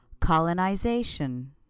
Colonization